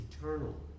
eternal